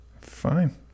Fine